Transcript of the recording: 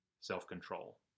self-control